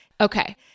Okay